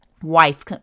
wife